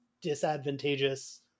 disadvantageous